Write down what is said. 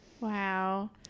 Wow